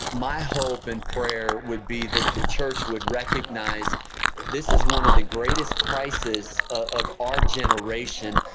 my hope and prayer would be that the church would recognize this is one of the greatest crisis of our generation.